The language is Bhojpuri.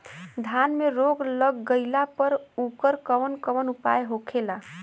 धान में रोग लग गईला पर उकर कवन कवन उपाय होखेला?